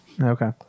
Okay